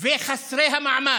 וחסרי המעמד.